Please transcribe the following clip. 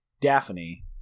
Daphne